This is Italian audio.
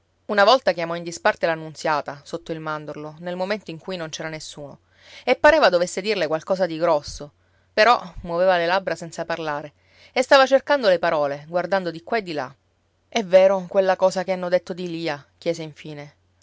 una volta chiamò in disparte la nunziata sotto il mandorlo nel momento in cui non ci era nessuno e pareva dovesse dirle qualcosa di grosso però muoveva le labbra senza parlare e stava cercando le parole guardando di qua e di là è vero quella cosa che hanno detto di lia chiese infine